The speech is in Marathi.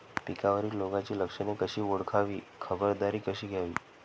पिकावरील रोगाची लक्षणे कशी ओळखावी, खबरदारी कशी घ्यावी?